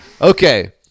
okay